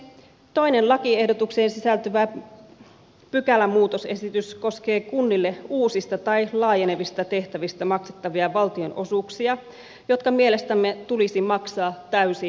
toinen lakiehdotukseen sisältyvä pykälämuutosesitys koskee kunnille uusista tai laajenevista tehtävistä maksettavia valtionosuuksia jotka mielestämme tulisi maksaa täysimääräisinä